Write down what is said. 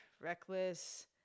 reckless